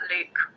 Luke